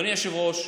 אדוני היושב-ראש,